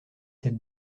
cette